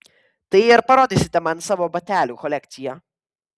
tai ar parodysite man savo batelių kolekciją